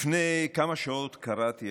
לפני כמה שעות קראתי,